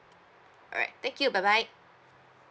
alright thank you bye bye